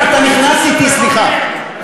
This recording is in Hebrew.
אתה נכנס אתי, סליחה.